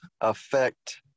affect